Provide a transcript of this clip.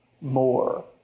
more